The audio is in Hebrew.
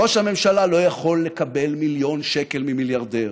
ראש הממשלה לא יכול לקבל מיליון שקל ממיליארדר.